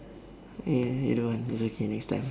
eh I don't want it's okay next time